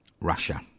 Russia